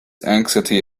anxiety